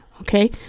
okay